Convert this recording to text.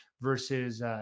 versus